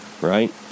right